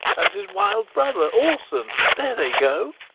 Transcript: and his wild brother, orson there they go!